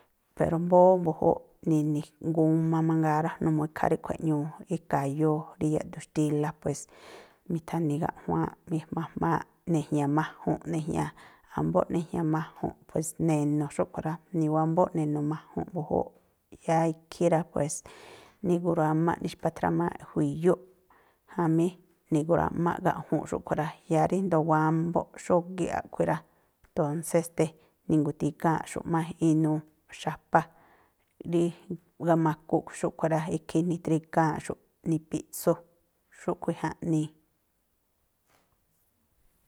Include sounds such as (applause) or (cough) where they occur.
Pero mbóó mbu̱júúꞌ, ni̱ni̱ guma mangaa rá, numuu ikhaa ríꞌkhui̱ eꞌñuu e̱ka̱yóó rí yaꞌduun xtílá, pues mi̱tha̱ni̱ gaꞌjuaanꞌ (noise) ma̱jmaaꞌ, ne̱jña̱ maju̱nꞌ ne̱jña̱, wámbóꞌ ne̱jña̱ maju̱nꞌ pues ne̱nu̱ xúꞌkhui̱ rá, niwámbóꞌ ne̱nu̱ maju̱nꞌ mbu̱júúꞌ, yáá ikhí rá pues ni̱gruámáꞌ, ni̱xpa̱thrámáꞌ jui̱yúꞌ jamí ni̱grua̱ꞌmá gaꞌju̱nꞌ xúꞌkhui̱ rá. Yáá ríndo̱o wámbóꞌ xógíꞌ a̱ꞌkhui̱ rá, tónsé ste̱ ningu̱ti̱gáa̱nꞌxu̱ꞌ má inuu xa̱pa rí gamaku a̱ꞌkhui̱ xúꞌkhui̱ rá, ikhí nitrigáa̱nꞌxu̱ꞌ nipíꞌtsú. Xúꞌkhui̱ jaꞌnii.